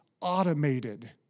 automated